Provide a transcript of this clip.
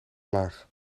laag